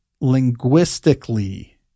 linguistically